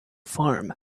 farm